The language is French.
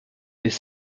les